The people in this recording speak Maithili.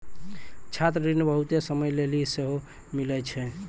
छात्र ऋण बहुते समय लेली सेहो मिलै छै